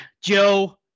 Joe